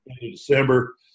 December